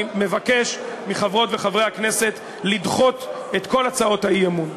אני מבקש מחברות וחברי הכנסת לדחות את כל הצעות האי-אמון.